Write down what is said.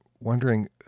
wondering